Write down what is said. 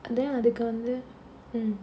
and then அதுக்கு வந்து:adhukku vandhu